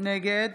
נגד